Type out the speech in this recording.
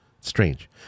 strange